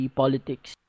politics